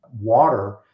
water